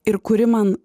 ir kuri man